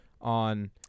on